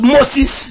Moses